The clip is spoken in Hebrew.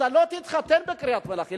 אתה לא תתחתן בקריית-מלאכי,